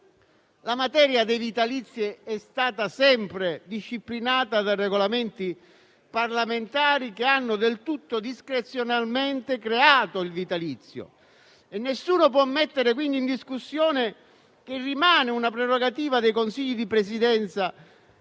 La materia dei vitalizi è stata sempre disciplinata dai Regolamenti parlamentari, che hanno del tutto discrezionalmente creato il vitalizio e nessuno può mettere quindi in discussione che rimane una prerogativa dei Consigli di Presidenza